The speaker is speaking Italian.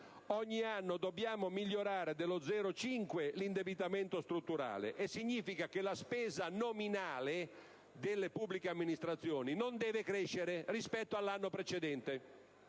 ogni anno dobbiamo migliorare dello 0,5 per cento l'indebitamento strutturale e significa che la spesa nominale delle amministrazioni non deve crescere rispetto all'anno precedente.